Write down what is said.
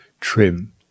trim